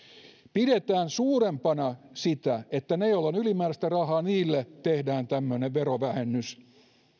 pidetään suurempana sitä että niille joilla on ylimääräistä rahaa tehdään tämmöinen verovähennys